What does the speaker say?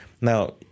Now